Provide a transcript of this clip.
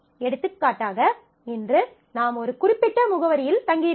எடுத்துக்காட்டாக இன்று நாம் ஒரு குறிப்பிட்ட முகவரியில் தங்கியிருக்கிறோம்